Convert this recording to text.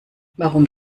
warum